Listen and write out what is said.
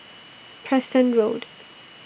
Preston Road